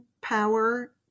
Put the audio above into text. power